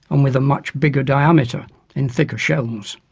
and with a much bigger diameter in thicker shells.